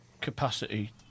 capacity